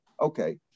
Okay